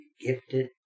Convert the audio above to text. gifted